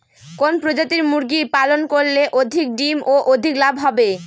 কোন প্রজাতির মুরগি পালন করলে অধিক ডিম ও অধিক লাভ হবে?